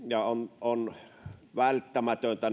ja urheilupuolueeseen on välttämätöntä